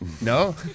No